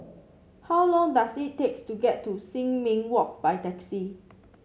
how long does it takes to get to Sin Ming Walk by taxi